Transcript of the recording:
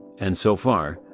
and so far,